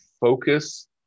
focus